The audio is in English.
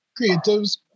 creatives